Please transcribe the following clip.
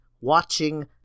watching